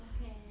okay